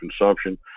consumption